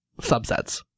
Subsets